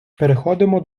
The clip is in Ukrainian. переходимо